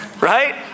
right